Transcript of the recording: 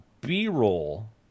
B-roll